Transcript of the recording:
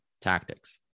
tactics